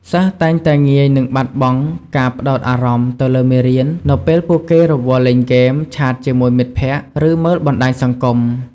សិស្សតែងតែងាយនឹងបាត់បង់ការផ្តោតអារម្មណ៍ទៅលើមេរៀន នៅពេលពួកគេរវល់លេងហ្គេម ឆាតជាមួយមិត្តភក្តិ ឬមើលបណ្ដាញសង្គម។